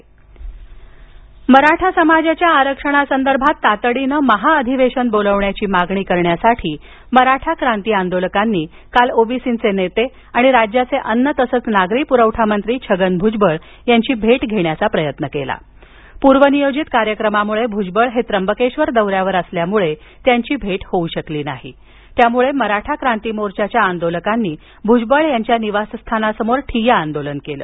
मराठा क्रांती मोर्चा भजबळ नाशिक मराठा समाजाच्या आरक्षणासंदर्भात तातडीने महाअधिवेशन बोलावण्याची मागणी करण्यासाठी मराठा क्रांती आंदोलकांनी काल ओबीसींचे नेते आनि राज्याचे अन्न तसेच नागरी प्रवठा मंत्री छगन भूजबळ यांची भेट घेण्याचा प्रयत्न केला पूर्वनियोजित कार्यक्रमामुळे भूजबळ हे त्रंबकेशर दौऱ्यावर असल्यामुळे त्यांची भेट होऊ शकली नाही त्यामुळे मराठा क्रांती मोर्चाच्या आदोलकांनी भुजबळ यांच्या निवासस्थानासमोर ठिय्या आदोलन केले